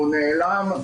או נעלם,